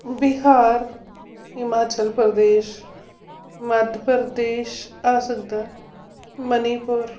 ਬਿਹਾਰ ਹਿਮਾਚਲ ਪ੍ਰਦੇਸ਼ ਮੱਧ ਪ੍ਰਦੇਸ਼ ਆ ਸਕਦਾ ਮਨੀਪੁਰ